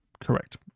correct